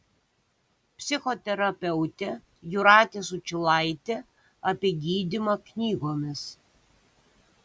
psichoterapeutė jūratė sučylaitė apie gydymą knygomis